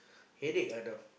headache ah now